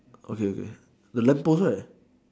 okay okay the lamppost right